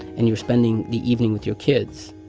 and you're spending the evening with your kids.